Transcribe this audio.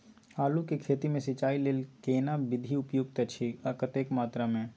आलू के खेती मे सिंचाई लेल केना विधी उपयुक्त अछि आ कतेक मात्रा मे?